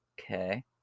Okay